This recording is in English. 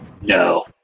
no